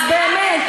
אז באמת,